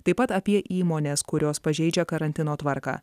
taip pat apie įmones kurios pažeidžia karantino tvarką